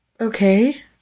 okay